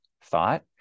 thought